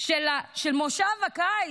של מושב הקיץ,